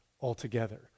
altogether